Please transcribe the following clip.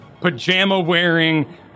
pajama-wearing